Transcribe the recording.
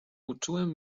uczułem